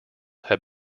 have